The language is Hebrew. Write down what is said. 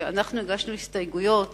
כשאנחנו הגשנו הסתייגויות.